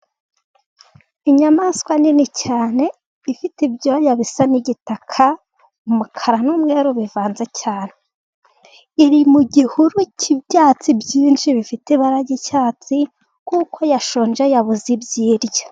Inyamaswa nini cyane ifite ibyoya bisa n'igitaka, umukara n'umweru bivanze cyane. Iri mu gihuru cy'ibyatsi byinshi bifite ibara ry'icyatsi, kuko yashonje yabuze ibyo irya.